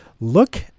look